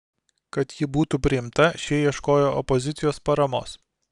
kad ji būtų priimta šie ieškojo opozicijos paramos